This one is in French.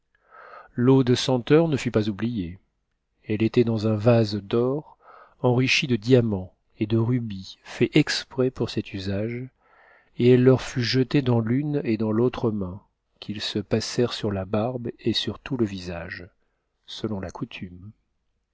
l'eau de senteur ne fut pas oubliée elle était dans un vase d'or enrichi de diamants et de rubis fait exprès pour cet usage et cite leur fu jetée dans i'uneet dans l'autre main qx'hsse t nassct'cnt sur la barbe et sur tout le visage selon la coutume